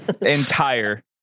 Entire